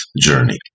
journey